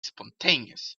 spontaneous